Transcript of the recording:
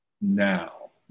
now